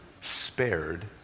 spared